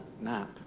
nap